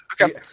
Okay